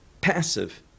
passive